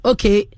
Okay